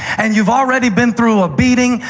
and you've already been through a beating,